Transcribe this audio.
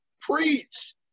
Preach